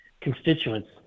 constituents